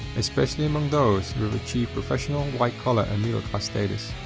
especially among those who have achieved professional, white-collar, and middle-class status.